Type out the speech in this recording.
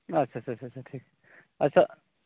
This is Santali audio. ᱟᱪᱪᱷᱟ ᱪᱷᱟ ᱪᱷᱟ ᱪᱷᱟ ᱪᱷᱟ ᱴᱷᱤᱠ ᱟᱪᱪᱷᱟ